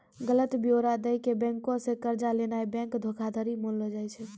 गलत ब्योरा दै के बैंको से कर्जा लेनाय बैंक धोखाधड़ी मानलो जाय छै